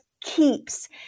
keeps